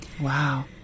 wow